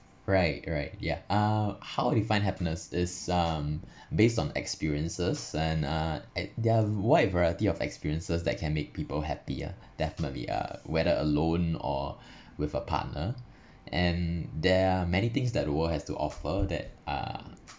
right right ya uh how we find happiness is um based on experiences and uh at there are wide variety of experiences that can make people happy ah definitely ah whether alone or with a partner and there are many things that the world has to offer that uh